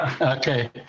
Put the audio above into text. Okay